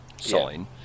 sign